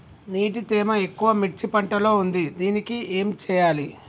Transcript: నీటి తేమ ఎక్కువ మిర్చి పంట లో ఉంది దీనికి ఏం చేయాలి?